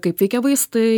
kaip veikia vaistai